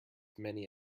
many